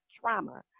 trauma